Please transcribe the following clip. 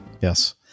Yes